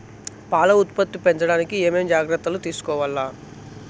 పాల ఉత్పత్తి పెంచడానికి ఏమేం జాగ్రత్తలు తీసుకోవల్ల?